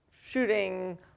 shooting